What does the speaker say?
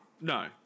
No